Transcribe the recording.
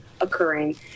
occurring